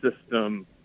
system